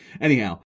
Anyhow